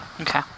Okay